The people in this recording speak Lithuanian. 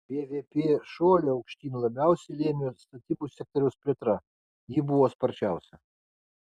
bvp šuolį aukštyn labiausiai lėmė statybų sektoriaus plėtra ji buvo sparčiausia